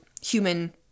human